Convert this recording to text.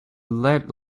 let